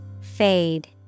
Fade